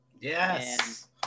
Yes